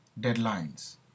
deadlines